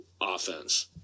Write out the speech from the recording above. offense